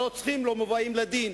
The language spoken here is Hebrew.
הרוצחים לא מובאים לדין,